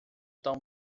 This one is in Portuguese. tão